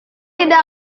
tidak